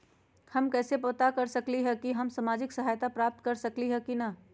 हम कैसे पता कर सकली ह की हम सामाजिक सहायता प्राप्त कर सकली ह की न?